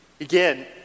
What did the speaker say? Again